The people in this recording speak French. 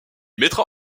mettra